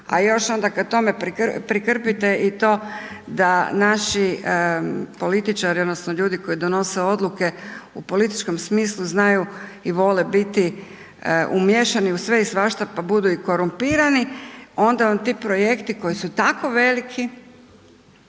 a još onda k tome prikrpite i to da naši političari odnosno ljudi koji donose odluke u političkom smislu znaju i vole biti umiješani u sve i svašta pa budu i korumpirani, onda vam ti projekti koji su tako veliki